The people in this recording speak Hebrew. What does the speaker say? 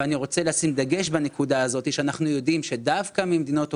ואני רוצה לשים דגש בנקודה הזאת שאנחנו יודעים שדווקא ממדינות אוקראינה,